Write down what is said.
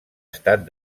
estat